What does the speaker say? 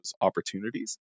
opportunities